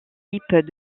types